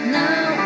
now